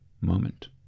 moment